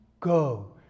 go